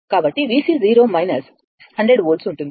కాబట్టి VC 100 volt ఉంటుంది